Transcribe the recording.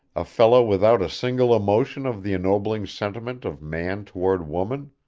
a fellow without a single emotion of the ennobling sentiment of man toward woman,